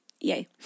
Yay